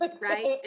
right